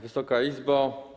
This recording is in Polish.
Wysoka Izbo!